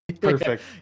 Perfect